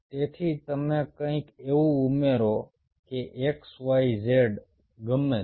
તેથી તમે કંઈક એવું ઉમેરો કે x y z ગમે તે